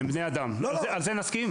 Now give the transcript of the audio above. הם בני אדם על זה נסכים?